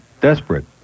Desperate